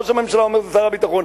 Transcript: ראש הממשלה אומר שזה שר הביטחון,